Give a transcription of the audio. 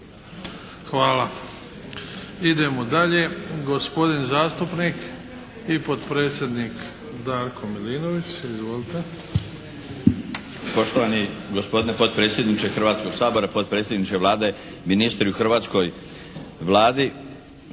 Hvala. Idemo dalje gospodin zastupnik i potpredsjednik Darko Milinović. Izvolite. **Milinović, Darko (HDZ)** Poštovani gospodine potpredsjedniče Hrvatskog sabora, potpredsjedniče Vlade, ministri u hrvatskoj Vladi,